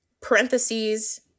parentheses